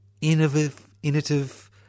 innovative